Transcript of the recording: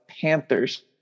Panthers